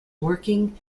working